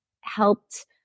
helped